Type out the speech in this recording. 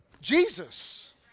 Jesus